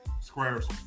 Squares